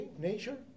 Nature